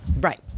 Right